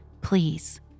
Please